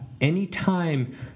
anytime